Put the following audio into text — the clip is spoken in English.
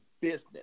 business